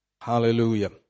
Hallelujah